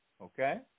Okay